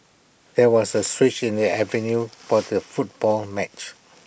there was A switch in the avenue for the football match